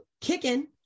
kicking